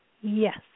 Yes